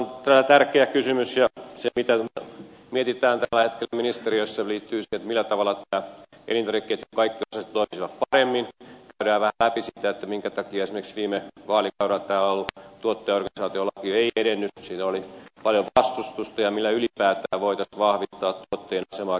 mutta tämä on todella tärkeä kysymys ja se mitä mietitään tällä hetkellä ministeriössä liittyy siihen millä tavalla tämän elintarvikeketjun kaikki osaset toimisivat paremmin käydään vähän läpi sitä minkä takia esimerkiksi viime vaalikaudella täällä ollut tuottajaorganisaatiolaki ei edennyt siinä oli paljon vastustusta ja millä ylipäätään voitaisiin vahvistaa tuottajienkin asemaa tässä elintarvikeketjussa